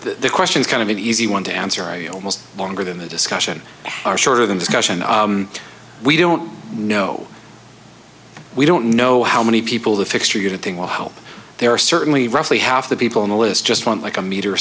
the question is kind of an easy one to answer a almost longer than a discussion are shorter than discussion we don't know we don't know how many people the fixture you think will help there are certainly roughly half the people on the list just want like a meter